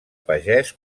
pagès